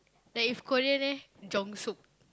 then if Korean eh Jung-Sook